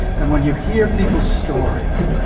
and when you hear people's stories,